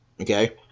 okay